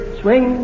swing